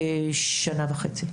שנה וחצי.